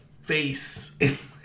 face